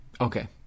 Okay